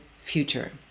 future